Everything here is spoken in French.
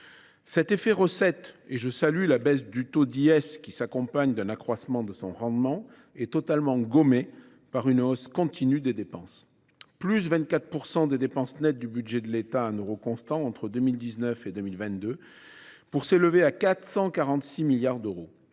Cet « effet recettes »– et je salue la baisse du taux d’IS, qui s’accompagne d’un accroissement de son rendement – est totalement gommé par une hausse continue des dépenses : ainsi, les dépenses nettes du budget de l’État, en euros constants, ont augmenté de 24 % entre 2019 et 2022, pour s’élever à 446 milliards d’euros.